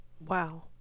Wow